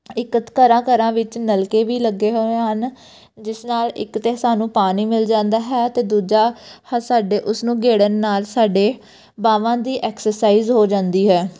ਇੱਕ ਘਰਾਂ ਘਰਾਂ ਵਿੱਚ ਨਲਕੇ ਵੀ ਲੱਗੇ ਹੋਏ ਹਨ ਜਿਸ ਨਾਲ ਇੱਕ ਤਾਂ ਸਾਨੂੰ ਪਾਣੀ ਮਿਲ ਜਾਂਦਾ ਹੈ ਅਤੇ ਦੂਜਾ ਸਾਡੇ ਉਸਨੂੰ ਗੇੜਨ ਨਾਲ ਸਾਡੇ ਬਾਹਵਾਂ ਦੀ ਐਕਸਰਸਾਈਜ਼ ਹੋ ਜਾਂਦੀ ਹੈ